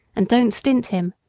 and don't stint him.